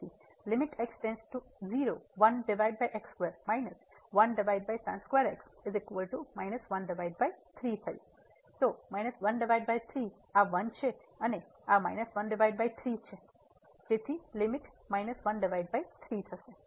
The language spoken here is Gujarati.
તેથી તો આ 1 છે અને આ છે તેથી લીમીટ છે